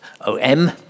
OM